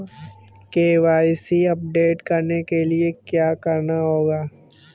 KYC update करने के लिए क्या करना होगा?